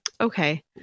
okay